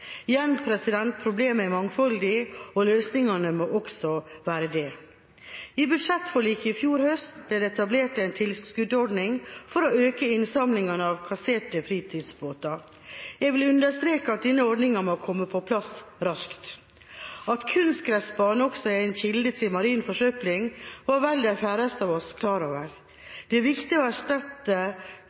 Igjen er problemet mangfoldig, og løsningene må også være det. I budsjettforliket i fjor høst ble det etablert en tilskuddsordning for å øke innsamlingen av kasserte fritidsbåter. Jeg vil understreke at denne ordningen må komme på plass raskt. At kunstgressbaner også er en kilde til marin forsøpling, var vel de færreste av oss klar over. Det er viktig å erstatte gummigranulatene som er